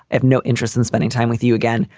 i have no interest in spending time with you again.